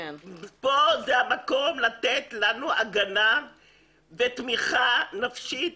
כאן זה המקום לתת לנו הגנה ותמיכה נפשית